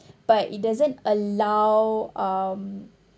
but it doesn't allow um